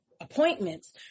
appointments